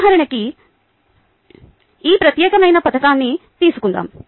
ఉదాహరణకి ఈ ప్రత్యేకమైన పథకాన్ని తీసుకుందాం